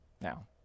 now